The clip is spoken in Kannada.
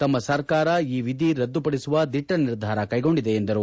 ತಮ್ಮ ಸರ್ಕಾರ ಈ ವಿಧಿ ರದ್ದುಪಡಿಸುವ ದಿಟ್ಟ ನಿರ್ಧಾರ ಕೈಗೊಂಡಿದೆ ಎಂದರು